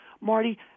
Marty